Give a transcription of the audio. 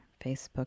Facebook